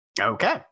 Okay